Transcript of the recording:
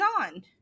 on